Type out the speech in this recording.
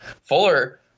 Fuller